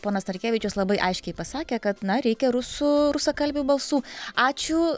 ponas narkevičius labai aiškiai pasakė kad na reikia rusų rusakalbių balsų ačiū